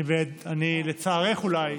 לצערך, אולי,